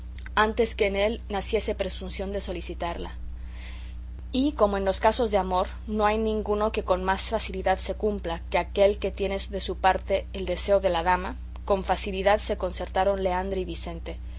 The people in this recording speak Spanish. antes que en él naciese presunción de solicitalla y como en los casos de amor no hay ninguno que con más facilidad se cumpla que aquel que tiene de su parte el deseo de la dama con facilidad se concertaron leandra y vicente